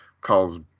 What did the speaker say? calls